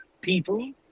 people